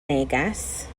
neges